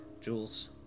Jules